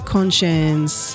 Conscience